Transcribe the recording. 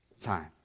time